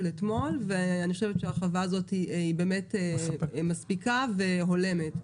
אתמול ואני חושבת שההרחבה הזאת מספיקה והולמת.